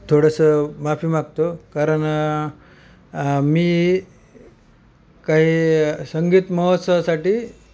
थोडंसं माफी मागतो कारण मी काही संगीत महोत्सवासाठी